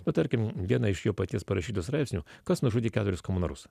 bet tarkim viena iš jo paties parašytų straipsnių kas nužudė keturis komunarus